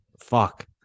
fuck